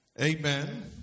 amen